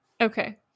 Okay